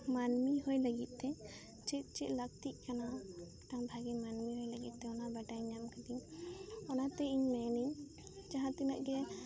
ᱢᱟᱹᱱᱢᱤ ᱦᱩᱭ ᱞᱟᱹᱜᱤᱫ ᱛᱮ ᱪᱮᱫ ᱪᱮᱫ ᱞᱟᱹᱠᱛᱤᱜ ᱠᱟᱱᱟ ᱢᱤᱫᱴᱟᱝ ᱵᱷᱟᱜᱮ ᱢᱟᱹᱱᱢᱤ ᱦᱩᱭ ᱞᱟᱹᱜᱤᱫ ᱛᱮ ᱚᱱᱟ ᱵᱟᱰᱟᱭ ᱧᱟᱢ ᱠᱮᱫᱤᱧ ᱚᱱᱟᱛᱮ ᱤᱧ ᱢᱮᱱᱟᱹᱧ ᱡᱟᱦᱟᱸ ᱛᱤᱱᱟᱹᱜ ᱜᱮ